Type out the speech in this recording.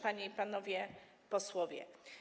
Panie i Panowie Posłowie!